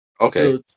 Okay